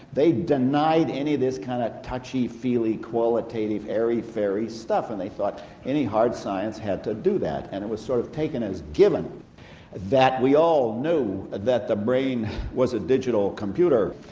they denied any of this kind of touchy-feely, qualitative, airy-fairy stuff and they thought any hard science had to do that, and it was sort of taken as given that we all knew that the brain was a digital computer.